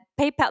PayPal